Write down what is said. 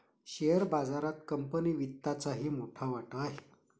share बाजारात company वित्तचाही मोठा वाटा आहे